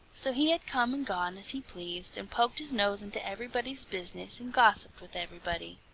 so he had come and gone as he pleased, and poked his nose into everybody's business, and gossiped with everybody.